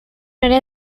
área